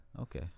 Okay